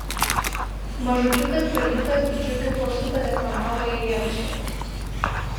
mažučiukas berniukas džiugiu balsu padeklamavo eilėraštį